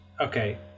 Okay